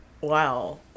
Wow